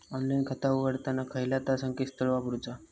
Online खाता उघडताना खयला ता संकेतस्थळ वापरूचा?